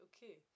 Okay